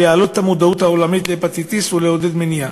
להעלות את המודעות העולמית להפטיטיס ולעודד מניעה.